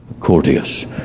courteous